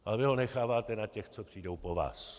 Ale vy ho necháváte na těch, co přijdou po vás.